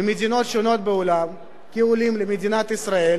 ממדינות שונות בעולם כעולים למדינת ישראל,